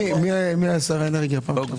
מי היה שר האנרגיה הקודם?